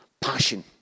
Passion